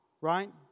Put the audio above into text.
Right